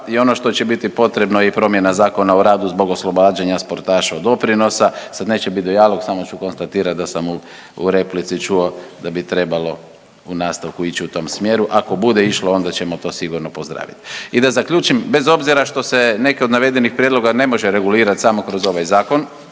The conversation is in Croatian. i ono što će biti potrebno je promjena Zakona o radu zbog oslobađanja sportaša od doprinosa. Sad neće bit dijalog, samo ću konstatirat da sam u replici čuo da bi trebalo u nastavku ić u tom smjeru. Ako bude išlo onda ćemo to sigurno pozdravit. I da zaključim, bez obzira što se neke od navedenih prijedlog ne može regulirati samo kroz ovaj zakon